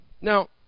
Now